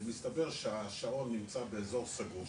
מסתבר שהשעון נמצא באזור סגור,